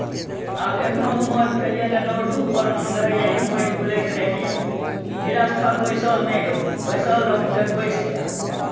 आब एखनहु उमर भेल यए तऽ दौड़ धूपपर मोन रहैए घुमैत बुलैत रही निरर्थक बैसल नहि रहू बैसल रहू तऽ बैस जायब